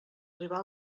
arribar